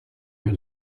lieu